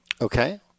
Okay